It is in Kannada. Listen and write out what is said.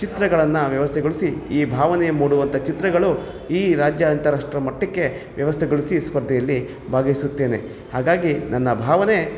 ಚಿತ್ರಗಳನ್ನು ವ್ಯವಸ್ಥೆಗೊಳಿಸಿ ಈ ಭಾವನೆ ಮೂಡುವಂಥ ಚಿತ್ರಗಳು ಈ ರಾಜ್ಯ ಅಂತಾರಾಷ್ಟ್ರ ಮಟ್ಟಕ್ಕೆ ವ್ಯವಸ್ಥೆಗೊಳಿಸಿ ಸ್ಪರ್ಧೆಯಲ್ಲಿ ಭಾಗವಹಿಸುತ್ತೇನೆ ಹಾಗಾಗಿ ನನ್ನ ಭಾವನೆ